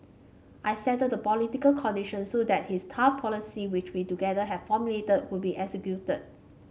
I settled the political conditions so that his tough policy which we together had formulated could be executed